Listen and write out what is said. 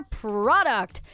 product